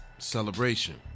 celebration